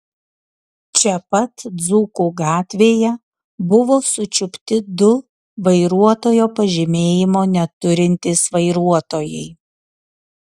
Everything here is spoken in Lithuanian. čia pat dzūkų gatvėje buvo sučiupti du vairuotojo pažymėjimo neturintys vairuotojai